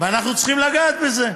ואנחנו צריכים לגעת בזה.